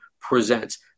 presents